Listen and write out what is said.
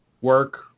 work